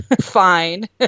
fine